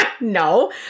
No